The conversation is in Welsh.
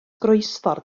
groesffordd